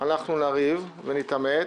אנחנו נריב ונתעמת.